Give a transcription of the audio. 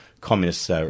communist